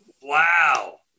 Wow